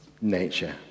nature